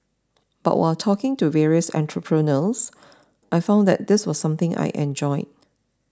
but while talking to various entrepreneurs I found that this was something I enjoyed